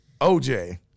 OJ